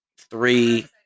three